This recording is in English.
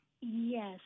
Yes